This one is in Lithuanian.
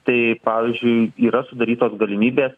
tai pavyzdžiui yra sudarytos galimybės